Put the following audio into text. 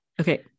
okay